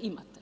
imate.